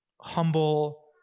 Humble